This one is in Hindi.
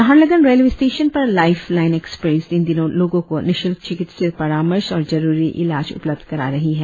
नाहरलग्न रेलवे स्टेशन पर लाईफ लाईन एक्सप्रेस इन दिनों लोगों को निश्ल्क चिकित्सीय परामर्श और जरुरी इलाज उपलब्ध करा रही है